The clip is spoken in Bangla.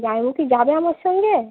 জামাইবাবু কি যাবে আমার সঙ্গে